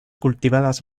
cultivadas